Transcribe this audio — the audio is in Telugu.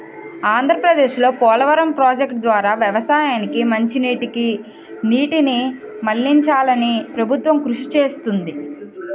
ఆంధ్రప్రదేశ్లో పోలవరం ప్రాజెక్టు ద్వారా వ్యవసాయానికి మంచినీటికి నీటిని మళ్ళించాలని ప్రభుత్వం కృషి చేస్తుంది